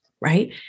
right